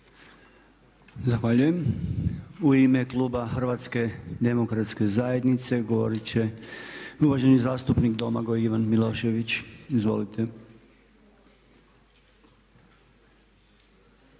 Zahvaljujem. U ime kluba HDZ-a govoriti će uvaženi zastupnik Domagoj Ivan Milošević. Izvolite.